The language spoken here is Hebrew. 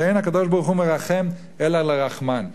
שאין הקדוש-ברוך-הוא מרחם אלא לרחמן.